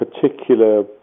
particular